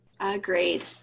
Agreed